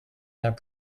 that